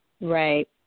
Right